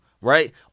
Right